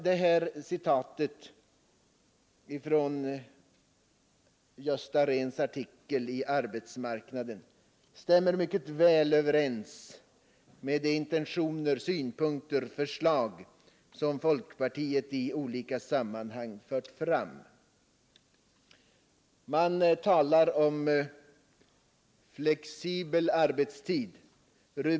Detta citat ur en artikel i Arbetsmarknaden stämmer mycket väl överens med de intentioner, synpunkter och förslag som folkpartiet i olika sammanhang fört fram. Man talar om flexibel arbetstid.